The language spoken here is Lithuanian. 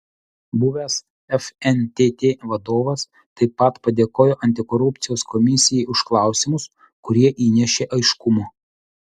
buvęs fntt vadovas taip pat padėkojo antikorupcijos komisijai už klausimus kurie įnešė aiškumo